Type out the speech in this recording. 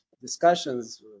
discussions